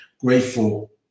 grateful